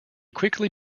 quickly